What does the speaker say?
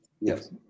yes